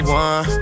one